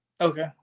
Okay